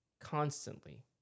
constantly